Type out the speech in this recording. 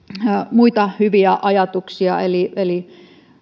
muita hyviä ajatuksia muun muassa